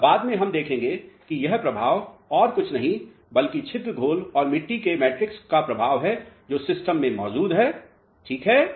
अब बाद में हम देखेंगे कि यह प्रभाव और कुछ नहीं बल्कि छिद्र घोल और मिट्टी के मैट्रिक्स का प्रभाव हैजो सिस्टम में मौजूद है ठीक है